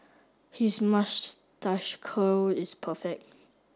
his mustache curl is perfect